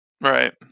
Right